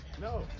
No